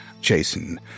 Jason